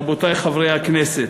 רבותי חברי הכנסת,